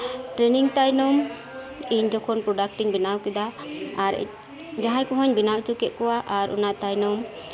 training ᱛᱟᱭᱚᱢ ᱤᱧ ᱡᱚᱠᱷᱚᱱ ᱯᱨᱚᱰᱟᱠᱴ ᱤᱧ ᱵᱮᱱᱟᱣ ᱠᱮᱫᱟ ᱟᱨ ᱡᱟᱦᱟᱸᱭ ᱠᱚᱦᱚᱧ ᱵᱮᱱᱟᱣ ᱦᱚᱪᱚ ᱠᱮᱫ ᱠᱚᱣᱟ ᱟᱨ ᱚᱱᱟ ᱛᱟᱭᱱᱚᱢ